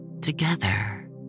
Together